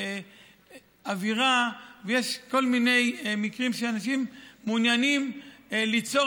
אווירה ויש כל מיני מקרים שאנשים מעוניינים ליצור